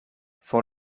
fou